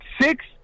Six